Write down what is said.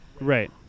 Right